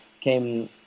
came